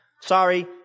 Sorry